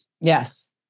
Yes